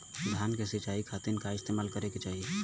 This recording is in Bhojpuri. धान के सिंचाई खाती का इस्तेमाल करे के चाही?